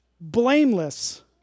Blameless